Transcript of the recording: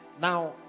now